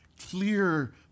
clear